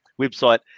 website